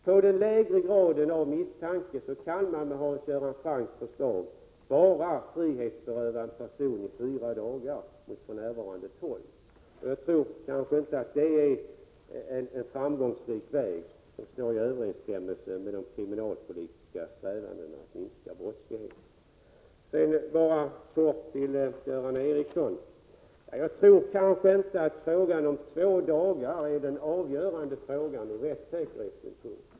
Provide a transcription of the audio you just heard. Vid den lägre graden av misstanke kan man med Hans Göran Francks förslag frihetsberöva en person bara i fyra dagar mot för närvarande tolv, och det är inte ett förslag som står i överensstämmelse med de kriminalpolitiska strävandena att minska brottsligheten. Till Göran Ericsson vill jag säga att jag inte tror att frågan om två dagar är avgörande ur rättssäkerhetssynpunkt.